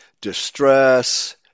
distress